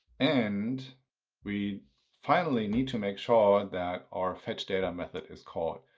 and we finally need to make sure that our fetch data method is called.